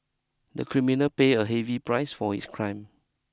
the criminal pay a heavy price for his crime